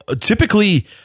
typically